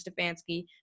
Stefanski